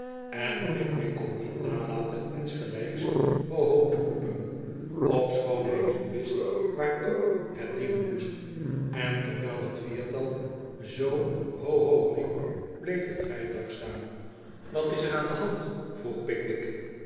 en pickwick kon niet nalaten insgelijks ho ho te roepen ofschoon hij niet wist waartoe het dienen moest en terwijl het viertal zoo ho ho riep bleef het rijtuig staan wat is er aan de hand vroeg pickwick